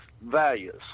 values